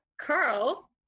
Carl